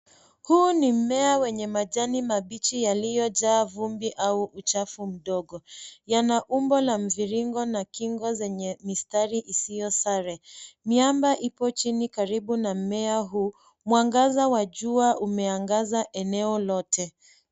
Huu ni mmea wenye majani mabichi yaliyojaa vumbi au uchafu mdogo, yana umbo la mviringo na kingo zenye mistari isiyo sare. Miamba ipo chini karibu na mmea huu. Mwangaza wa jua umeangaza eneo lote.